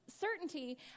certainty